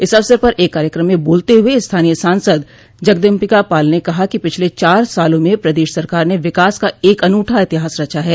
इस अवसर पर एक कार्यक्रम में बोलते हुए स्थानीय सांसद जगदम्बिका पाल ने कहा कि पिछले चार सालों मे प्रदेश सरकार ने विकास का एक अनूठा इतिहास रचा है